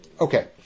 Okay